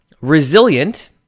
Resilient